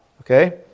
Okay